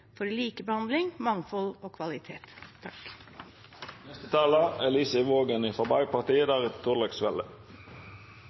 for likebehandling, mangfold og kvalitet. Vi er